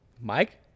Mike